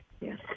Yes